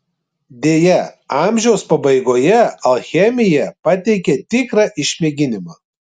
deja amžiaus pabaigoje alchemija pateikė tikrą išmėginimą